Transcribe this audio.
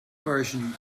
version